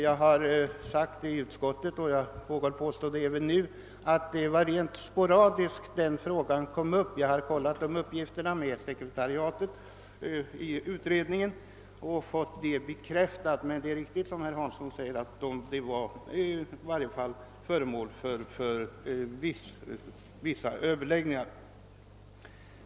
Jag har påpekat i utskottet och gör det även nu, att det var rent sporadiskt denna fråga kom upp. Jag har kollationerat den uppgiften med utredningens sekretariat och fått den bekräftad. Emellertid har herr Hansson rätt i att spörsmålet i varje fall var föreemål för vissa Ööverläggningar.